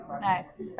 nice